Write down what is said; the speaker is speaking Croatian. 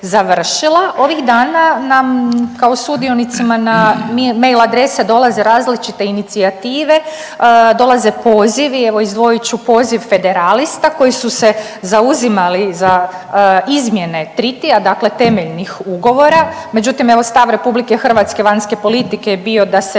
ovih dana nam kao sudionicima na mail adrese dolaze različite inicijative, dolaze pozivi, evo, izdvojit ću poziv federalista koji su se zauzimali za izmjene treatyja, dakle temeljnih ugovora, međutim, evo stav RH vanjske politike je bio da se